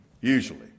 usually